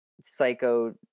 psycho